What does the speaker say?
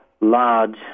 large